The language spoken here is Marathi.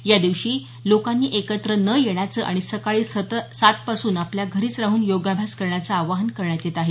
या दिवशी लोकांनी एकत्र न येण्याचं आणि सकाळी सात पासून आपल्या घरीच राहून योगाभ्यास करण्याचं आवाहन करण्यात येत आहे